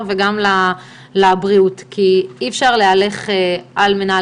היום: ישיבת מעקב לחוק ההתחשבנות בין בתי